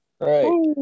Right